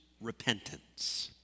repentance